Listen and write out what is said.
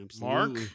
Mark